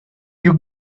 you